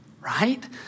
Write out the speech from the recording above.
right